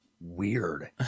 weird